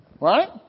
Right